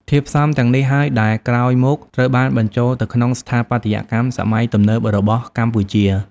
ធាតុផ្សំទាំងនេះហើយដែលក្រោយមកត្រូវបានបញ្ចូលទៅក្នុងស្ថាបត្យកម្មសម័យទំនើបរបស់កម្ពុជា។